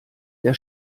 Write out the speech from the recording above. der